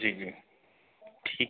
जी जी ठीक